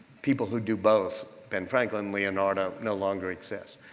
people who do both, ben franklin, leonardo, no longer exist.